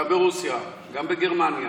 גם ברוסיה, גם בגרמניה.